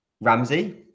Ramsey